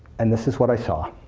and this is what i saw.